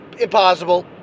impossible